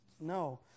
No